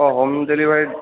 অঁ home delivery